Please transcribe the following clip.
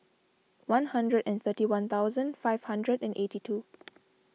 one hundred and thirty one thousand five hundred and eighty two